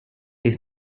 his